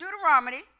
Deuteronomy